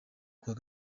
kuwa